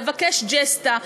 לבקש ג'סטה,